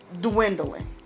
dwindling